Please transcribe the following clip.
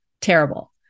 terrible